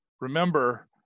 Remember